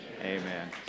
amen